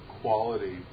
quality